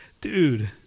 Dude